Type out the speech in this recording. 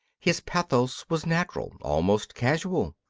his pathos was natural, almost casual.